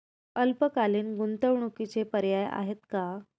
अल्पकालीन गुंतवणूकीचे पर्याय आहेत का?